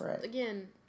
again